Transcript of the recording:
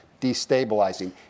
destabilizing